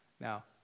Now